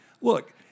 look